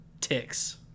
ticks